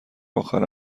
اخرم